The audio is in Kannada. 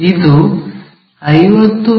ಇದು 50 ಮಿ